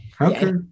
Okay